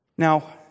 Now